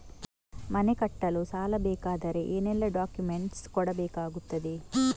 ಮನೆ ಕಟ್ಟಲು ಸಾಲ ಸಿಗಬೇಕಾದರೆ ಏನೆಲ್ಲಾ ಡಾಕ್ಯುಮೆಂಟ್ಸ್ ಕೊಡಬೇಕಾಗುತ್ತದೆ?